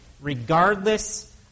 regardless